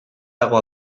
dago